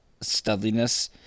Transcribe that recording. studliness